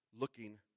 looking